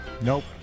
Nope